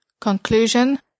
Conclusion